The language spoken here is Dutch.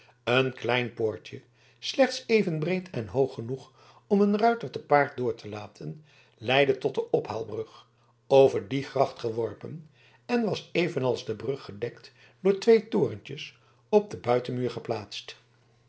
een klein poortje slechts even breed en hoog genoeg om een ruiter te paard door te laten leidde tot de ophaalbrug over die gracht geworpen en was evenals de brug gedekt door twee torentjes op den buitenmuur geplaatst